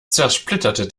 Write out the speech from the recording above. zersplitterte